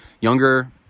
younger